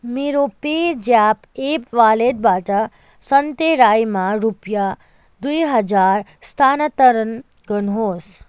मेरो PayZapp app वालेटबाट सन्ते राईमा रुपियाँ दुई हजार स्थानान्तरण गर्नुहोस्